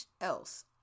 else